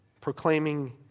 proclaiming